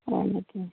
হয় নেকি